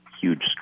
huge